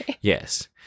Yes